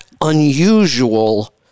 unusual